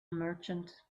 merchant